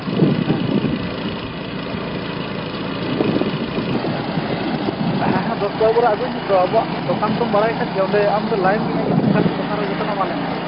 ᱦᱮᱸ ᱦᱮᱸ ᱫᱚᱥ ᱵᱟᱨᱚ ᱵᱚᱨᱟ ᱟᱹᱜᱩᱭ ᱢᱮᱛᱚ ᱟᱵᱚᱣᱟᱜ ᱫᱚᱠᱟᱱ ᱛᱚᱢ ᱵᱟᱲᱟᱭ ᱟᱠᱟᱫ ᱜᱮᱭᱟ ᱚᱰᱮ ᱟᱢ ᱫᱚ ᱞᱟᱹᱭ ᱢᱮ ᱤᱧᱟᱹ ᱧᱩᱛᱩᱢ ᱮᱱᱠᱷᱟᱱ ᱫᱚᱠᱟᱱ ᱨᱮ ᱡᱚᱛᱚᱱᱟᱜ ᱢᱟᱞᱮ ᱮᱢᱟᱢᱟ